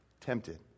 tempted